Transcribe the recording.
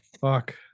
Fuck